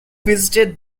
visited